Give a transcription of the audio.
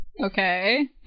okay